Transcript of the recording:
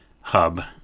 hub